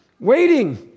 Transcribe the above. Waiting